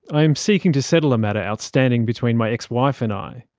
i am seeking to settle a matter outstanding between my ex-wife and i.